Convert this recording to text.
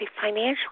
financially